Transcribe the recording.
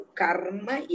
karma